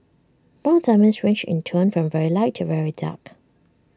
brown diamonds range in tone from very light to very dark